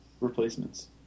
replacements